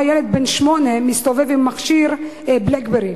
ילד בן שמונה מסתובב עם מכשיר "בלקברי",